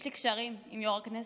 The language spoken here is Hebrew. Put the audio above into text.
יש לי קשרים עם יו"ר הכנסת.